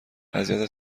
اذیت